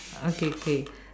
okay K